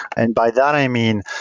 and by that, i mean,